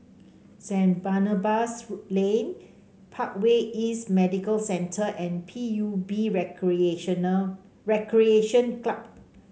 Saint Barnabas Lane Parkway East Medical Centre and P U B Recreational Recreation Club